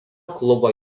klubo